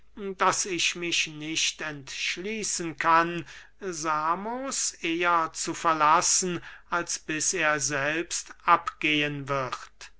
daß ich mich nicht entschließen kann samos eher zu verlassen als bis er selbst abgehen wird